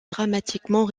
dramatiquement